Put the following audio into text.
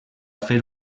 fer